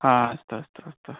हा अस्तु अस्तु अस्तु